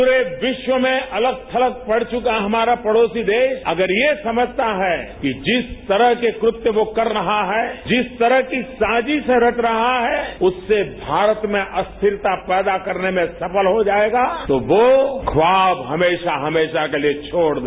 प्ररे विश्व में अलग थलग पड़ चुका हमारा पड़ोसी देश अगर यह समझता है कि जिस तरह के कृत्य वह कर रहा है जिस तरह की साजिश रच रहा है उससे भारत में अस्थिरता पैदा करने में सफल हो जाएगा तो वो ख्वाब हमेशा हमेशा के लिए छोड़ दे